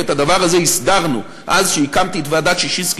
ואת הדבר הזה הסדרנו אז כשהקמתי את ועדת ששינסקי,